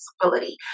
disability